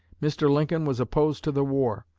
mr. lincoln was opposed to the war.